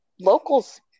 locals